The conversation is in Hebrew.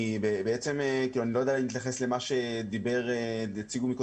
אני לא יודע אם להתייחס למה שאמרו קודם